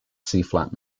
flat